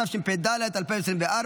התשפ"ד 2024,